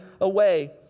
away